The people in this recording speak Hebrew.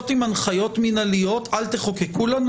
המאמצים המתאימים מצד המשטרה.